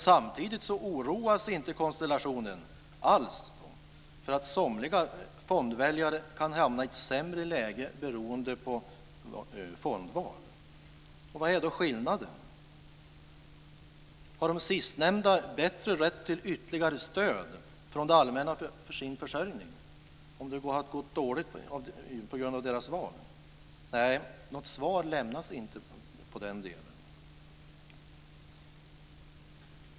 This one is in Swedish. Samtidigt oroas konstellationen inte alls för att somliga fondväljare kan hamna i ett sämre läge beroende på fondval. Vad är skillnaden? Har de sistnämnda bättre rätt till ytterligare stöd från det allmänna för sin försörjning om det går dåligt på grund av deras val? Något svar lämnas inte i den delen.